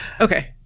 Okay